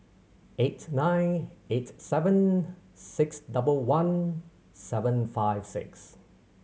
eight nine eight seven six double one seven five six